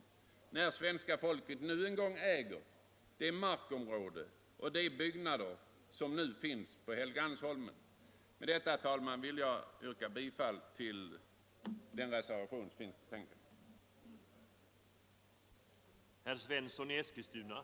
Det är ju svenska folket som äger det markområde och de byggnader som finns på Helgeandsholmen. Med detta, herr talman, vill jag yrka bifall till den vid betänkandet fogade reservationen.